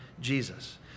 Jesus